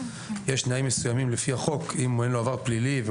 יש תנאים מסוימים לפי החוק אם אין לו עבר פלילי,